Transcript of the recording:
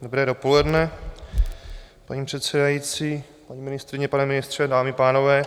Dobré dopoledne, paní předsedající, paní ministryně, pane ministře, dámy a pánové.